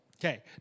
Okay